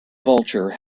vulture